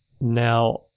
Now